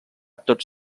tots